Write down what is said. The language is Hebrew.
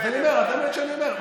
אז זה מה שאני אומר,